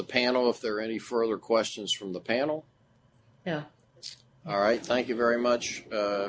the panel if there are any further questions from the panel now all right thank you very much